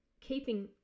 keeping